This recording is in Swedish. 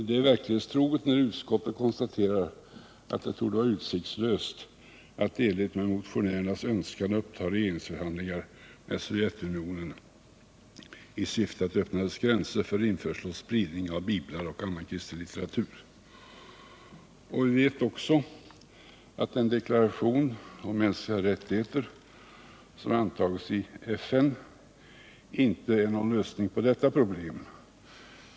Det är verklighetstroget när utskottet konstaterar att det torde vara ”utsiktslöst att i enlighet med motionärernas önskan uppta regeringsförhandlingar med Sovjetunionen i syfte att öppna dess gränser för införsel och spridning av biblar och annan kristen litteratur”. Vi vet också att den deklaration om mänskliga rättigheter som antagits i FN inte är någon lösning på detta problem.